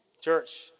Church